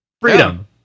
Freedom